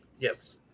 Yes